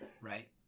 Right